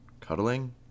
cuddling